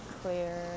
clear